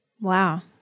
Wow